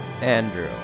Andrew